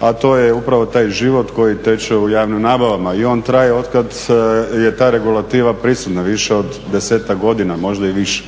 a to je upravo taj život koji teče u javnim nabavama i on traje od kada je ta regulativa prisutna, više od desetak godina može i više.